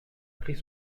pris